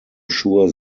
sure